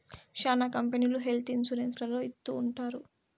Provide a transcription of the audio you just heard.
శ్యానా కంపెనీలు health insurance లలో ఇత్తూ ఉంటాయి